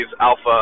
alpha